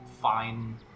fine